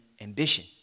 ambition